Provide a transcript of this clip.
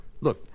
Look